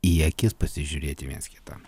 į akis pasižiūrėti viens kitam